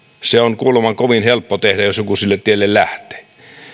se on kuulemma kovin helppo tehdä jos joku sille tielle lähtee